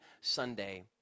Sunday